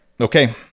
okay